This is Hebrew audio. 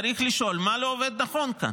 צריך לשאול מה לא עובד נכון כאן.